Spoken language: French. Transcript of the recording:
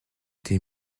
tes